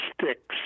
sticks